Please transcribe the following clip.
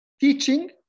Teaching